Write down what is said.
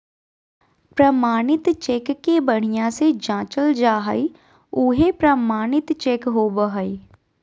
प्रमाणित चेक के बढ़िया से जाँचल जा हइ उहे प्रमाणित चेक होबो हइ